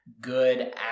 good